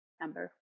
number